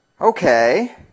Okay